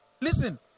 Listen